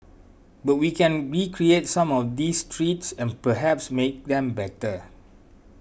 but we can recreate some of these treats and perhaps make them better